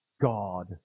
God